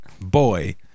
boy